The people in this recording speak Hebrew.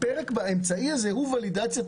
הפרק באמצעי הזה הוא ולידציית